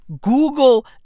google